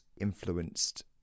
influenced